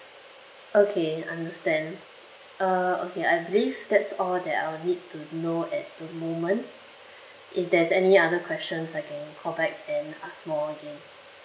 okay understand uh okay I believe that's all that I'll need to know at the moment if there's any other questions I can call back and ask more again